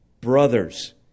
brothers